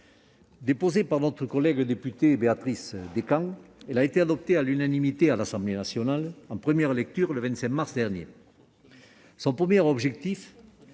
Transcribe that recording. Déposée par notre collègue députée Béatrice Descamps, elle a été adoptée à l'unanimité par l'Assemblée nationale en première lecture le 25 mars dernier. Son premier objectif